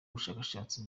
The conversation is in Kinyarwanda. ubushakashatsi